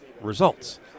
results